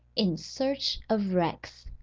in search of wrecks.